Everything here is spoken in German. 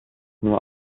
nur